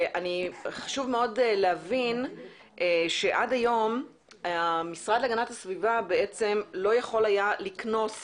חשוב מאוד להבין שעד היום המשרד להגנת הסביבה לא יכול היה לקנוס